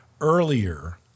earlier